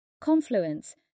Confluence